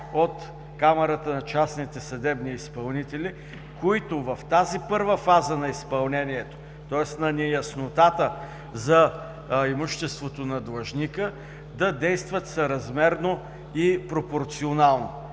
от Камарата на частните съдебни изпълнители, които в тази първа фаза на изпълнението – тоест на неяснотата за имуществото на длъжника, да действат съразмерно и пропорционално.